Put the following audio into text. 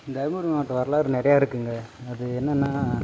தருமபுரி மாவட்டம் வரலாறு நிறையா இருக்குங்க அது என்னென்னா